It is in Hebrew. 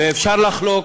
ואפשר לחלוק,